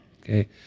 okay